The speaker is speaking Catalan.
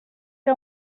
que